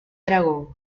aragón